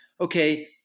Okay